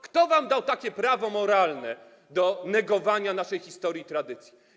Kto wam dał prawo moralne do negowania naszej historii i tradycji?